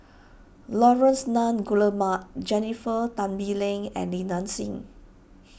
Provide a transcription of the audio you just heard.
Laurence Nunns Guillemard Jennifer Tan Bee Leng and Li Nanxing